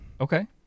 okay